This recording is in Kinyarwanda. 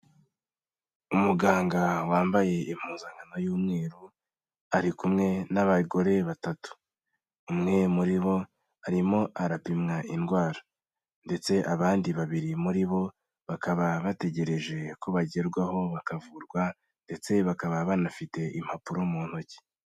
Umuganga wambaye impuzankano y'umweru, ari kumwe n'abagore batatu, umwe muri bo arimo arapimwa indwara ndetse abandi babiri muri bo bakaba bategereje ko bagerwaho bakavurwa ndetse bakaba banafite impapuro mu ntoki.